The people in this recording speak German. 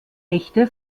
echte